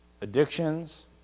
addictions